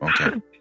okay